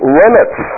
limits